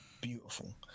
beautiful